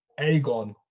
Aegon